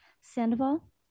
Sandoval